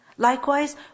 Likewise